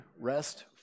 rest